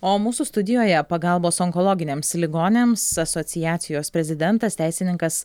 o mūsų studijoje pagalbos onkologiniams ligoniams asociacijos prezidentas teisininkas